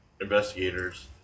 investigators